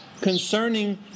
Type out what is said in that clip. concerning